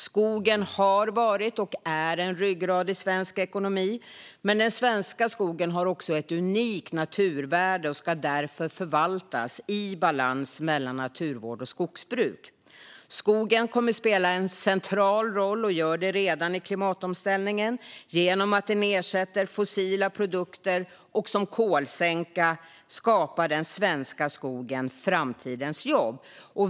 Skogen har varit och är en ryggrad i svensk ekonomi. Men den svenska skogen har också ett unikt naturvärde och ska därför förvaltas i balans mellan naturvård och skogsbruk. Skogen kommer att spela en central roll och gör det redan i klimatomställningen. Genom att ersätta fossila produkter och som kolsänka skapar den svenska skogen framtidens jobb.